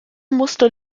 muster